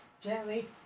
Gently